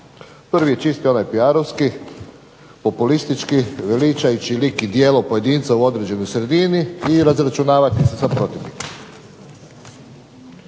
prvi je čisti onaj PR-ovski, populistički, veličajući lik i djelo pojedinca u određenoj sredini i razračunavati se sa protivnikom.